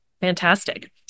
Fantastic